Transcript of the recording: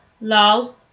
Lol